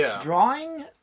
drawing